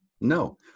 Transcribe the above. No